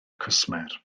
cwsmer